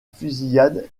fusillade